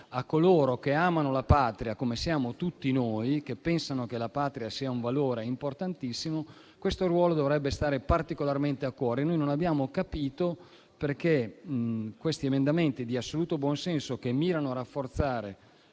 a coloro che amano la Patria, come tutti noi, e che pensano che la Patria sia un valore importantissimo, dovrebbe stare particolarmente a cuore. Non abbiamo capito perché questi emendamenti di assoluto buonsenso, che mirano a rafforzare